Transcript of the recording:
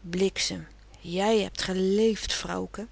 bliksem jij hebt geleefd vrouwke